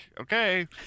okay